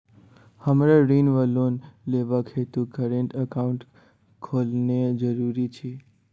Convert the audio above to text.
हमरा ऋण वा लोन लेबाक हेतु करेन्ट एकाउंट खोलेनैय जरूरी छै?